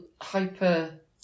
hyper